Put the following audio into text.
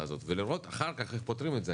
הזאת ולראות אחר כך איך פותרים את זה.